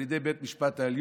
על ידי בית המשפט העליון,